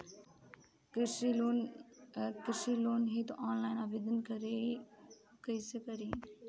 कृषि लोन हेतू ऑफलाइन आवेदन कइसे करि?